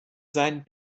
sein